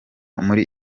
muri